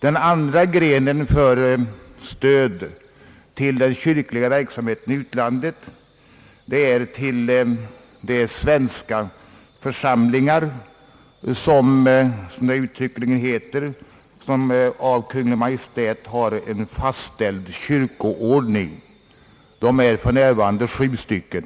Den andra grenen för stöd till den kyrkliga verksamheten i utlandet är till de svenska församlingar vilka, som det uttryckligen heter, av Kungl. Maj:t har en fastställd kyrkoordning. De är för närvarande sju stycken.